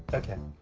okay.